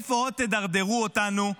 לאן עוד תדרדרו אותנו?